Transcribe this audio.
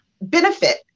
benefit